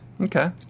Okay